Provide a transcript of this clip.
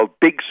Big